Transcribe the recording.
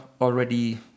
already